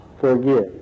forgive